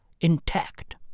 intact